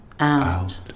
out